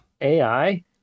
AI